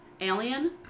Alien